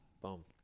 Boom